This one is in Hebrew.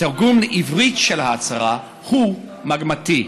התרגום לעברית של ההצהרה הוא מגמתי.